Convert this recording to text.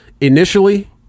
initially